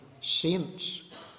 saints